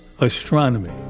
astronomy